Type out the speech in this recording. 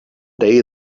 day